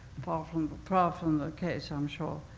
apart from but ah from the case, i'm sure.